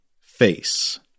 face